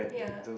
yeah